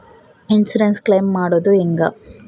Insurance claim ಮಾಡೋದು ಹೆಂಗ?